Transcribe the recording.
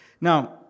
Now